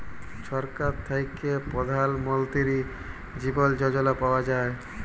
ছরকার থ্যাইকে পধাল মলতিরি জীবল যজলা পাউয়া যায়